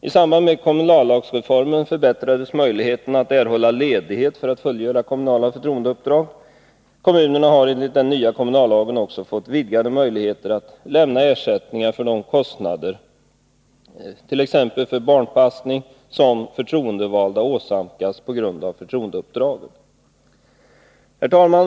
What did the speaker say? I samband med kommunallagsreformen förbättrades möjligheterna för den enskilde att erhålla ledighet för att fullgöra kommunala förtroendeuppdrag. Kommunerna har enligt den nya kommunallagen också fått vidgade möjligheter att lämna ersättning för de kostnader, t.ex. för barnpassning, som förtroendevalda åsamkas på grund av förtroendeuppdraget. Herr talman!